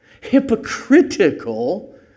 hypocritical